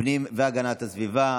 הפנים והגנת הסביבה.